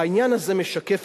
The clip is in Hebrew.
והעניין הזה משקף,